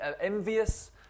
envious